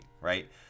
right